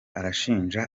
arashinja